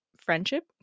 friendship